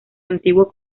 antiguo